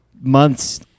months